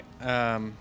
right